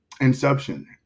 inception